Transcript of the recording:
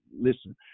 listen